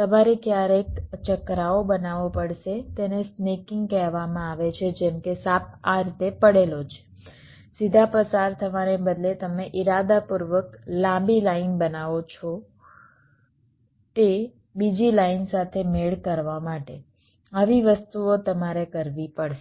તમારે કયારેક ચકરાવો બનાવવો પડશે તેને સ્નેકીંગ કહેવામાં આવે છે જેમ કે સાપ આ રીતે પડેલો છે સીધા પસાર થવાને બદલે તમે ઇરાદાપૂર્વક લાંબી લાઇન બનાવો તે બીજી લાઇન સાથે મેળ કરવા માટે આવી વસ્તુઓ તમારે કરવી પડશે